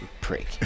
Prick